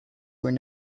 were